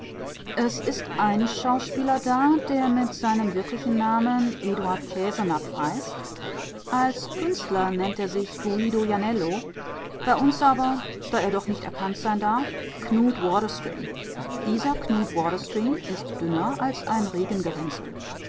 es ist ein schauspieler da der mit seinem wirklichen namen eduard käsenapf heißt als künstler nennt er sich guido janello bei uns aber da er doch nicht erkannt sein darf knut waterstream dieser knut waterstream ist dünner als ein